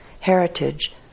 heritage